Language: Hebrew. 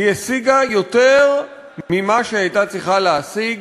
היא השיגה יותר ממה שהייתה צריכה להשיג.